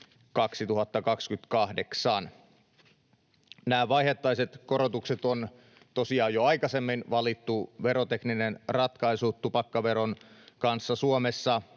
Nämä vaiheittaiset korotukset on tosiaan jo aikaisemmin valittu, verotekninen ratkaisu, tupakkaveron kanssa Suomessa